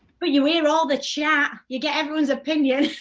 but you hear all the chat, you get everyone's opinion,